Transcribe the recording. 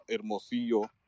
Hermosillo